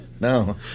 no